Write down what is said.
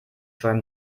scheu